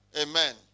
Amen